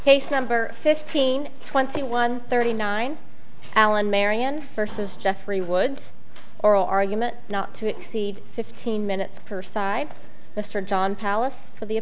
case number fifteen twenty one thirty nine allen marion versus jeffrey woods oral argument not to cede fifteen minutes per side mr john palace of the